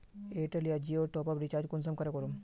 Airtel या जियोर top आप रिचार्ज कुंसम करे करूम?